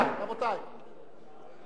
אבל יש מקצועות מכובדים ויש מקצועות בזויים.